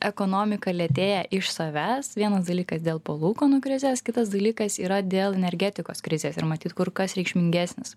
ekonomika lėtėja iš savęs vienas dalykas dėl palūkanų krizės kitas dalykas yra dėl energetikos krizės ir matyt kur kas reikšmingesnis